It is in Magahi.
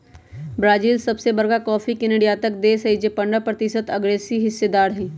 ब्राजील सबसे बरका कॉफी के निर्यातक देश हई जे पंडह प्रतिशत असगरेहिस्सेदार हई